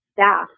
staff